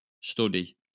study